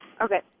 Okay